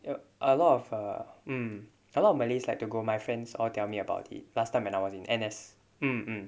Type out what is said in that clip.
there are a lot of err um a lot of malays like to go my friends all tell me about it last time when I was in N_S